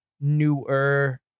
newer